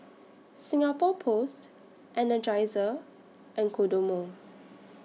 Singapore Post Energizer and Kodomo